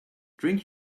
drink